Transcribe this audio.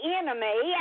enemy